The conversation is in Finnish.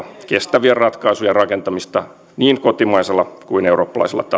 kestävien ratkaisujen rakentamista niin kotimaisella kuin eurooppalaisella tasolla